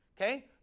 okay